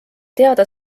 teada